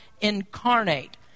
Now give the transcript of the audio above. incarnate